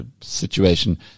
situation